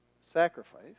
sacrifice